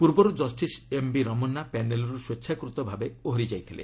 ପୂର୍ବରୁ justice M B Ramana ପ୍ୟାନେଲ୍ରୁ ସ୍ୱେଚ୍ଛାକୃତ ଭାବେ ଓହରି ଯାଇଥିଲେ